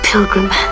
pilgrim